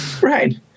right